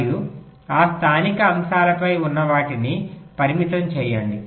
మరియు ఆ స్థానిక అంశాలపై ఉన్నవాటిని పరిమితం చేయండి